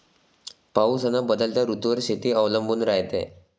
पाऊस अन बदलत्या ऋतूवर शेती अवलंबून रायते